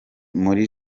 muri